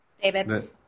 David